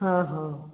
हाँ हाँ